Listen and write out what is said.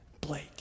Blake